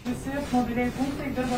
visi mobilieji punktai dirba